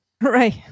Right